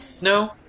No